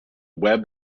web